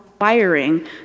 wiring